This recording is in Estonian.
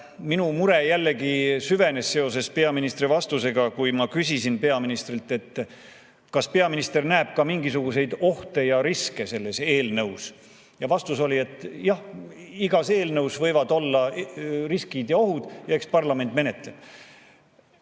Minu mure jällegi süvenes seoses peaministri vastusega, kui ma küsisin peaministrilt, kas peaminister näeb ka mingisuguseid ohte ja riske selles eelnõus. Vastus oli, et jah, igas eelnõus võivad olla riskid ja ohud, eks parlament menetleb.